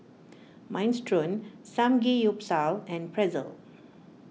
Minestrone Samgeyopsal and Pretzel